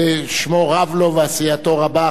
ששמו רב לו ועשייתו רבה,